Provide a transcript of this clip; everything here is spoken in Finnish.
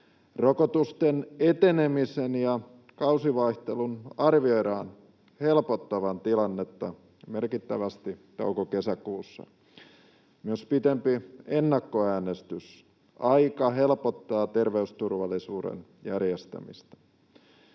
Rokotusten etenemisen ja kausivaihtelun arvioidaan helpottavan tilannetta merkittävästi touko-kesäkuussa. Myös pitempi ennakkoäänestysaika helpottaa terveysturvallisuuden järjestämistä.